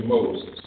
Moses